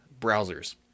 browsers